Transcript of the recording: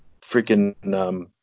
freaking –